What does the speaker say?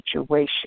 situation